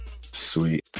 Sweet